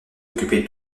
occupé